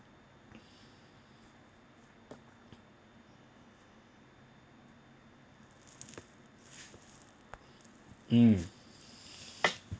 mm